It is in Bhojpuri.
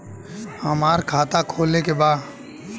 हमार खाता खोले के बा?